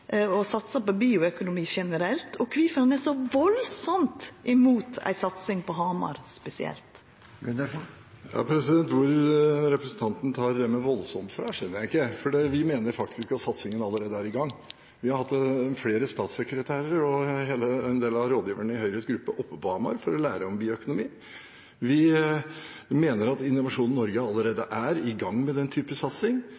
å satsa på bioøkonomi generelt, og på kvifor han er så valdsamt mot ei satsing på Hamar spesielt? Hvor representanten tar det med voldsomt fra, vet jeg ikke, for vi mener faktisk at satsingen allerede er i gang. Vi har hatt flere statssekretærer og en del av rådgiverne i Høyres gruppe oppe på Hamar for å lære om bioøkonomi. Vi mener at Innovasjon